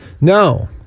No